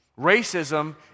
Racism